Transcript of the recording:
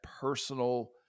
personal